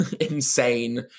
insane